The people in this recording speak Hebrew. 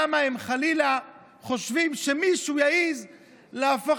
למה הם חלילה חושבים שמישהו יעז להפוך